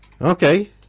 Okay